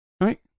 right